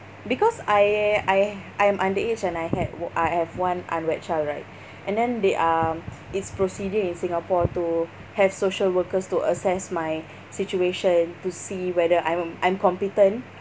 because I I I'm under age and I had o~ I have one unwed child right and then they um it's procedure in Singapore to have social workers to assess my situation to see whether I'm I'm competent